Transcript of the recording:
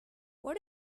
what